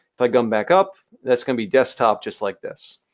if i come back up, that's going to be desktop, just like this.